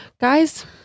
Guys